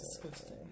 disgusting